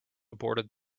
aborted